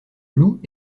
loup